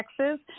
Texas